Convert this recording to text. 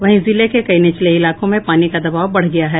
वहीं जिले के कई निचले इलाकों में पानी का दबाव बढ़ गया है